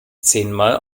zehnmal